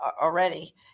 already